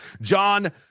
john